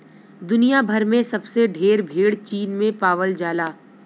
दुनिया भर में सबसे ढेर भेड़ चीन में पावल जाला